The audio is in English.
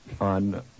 on